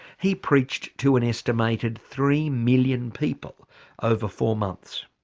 he preached to an estimated three million people over four months.